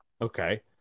Okay